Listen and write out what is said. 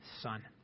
Son